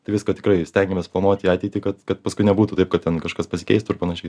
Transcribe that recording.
tai viską tikrai stengiamės planuoti į ateitį kad kad paskui nebūtų taip kad ten kažkas pasikeistų ir panašiai